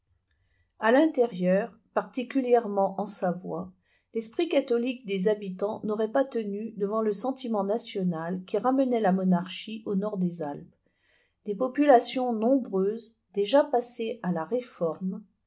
a l'intérieur particulièrement en savoie l'esprit catholique des habitants n'aurait pas tenu devant le sentiment national qui ramenait la monarchie au nord des alpes des populations nombreuses déjà passées à la réforme